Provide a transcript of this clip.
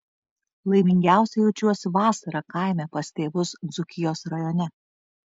laimingiausia jaučiuosi vasarą kaime pas tėvus dzūkijos rajone